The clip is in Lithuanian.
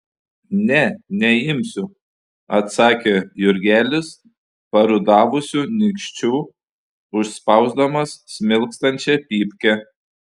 ne neimsiu atsakė jurgelis parudavusiu nykščiu užspausdamas smilkstančią pypkę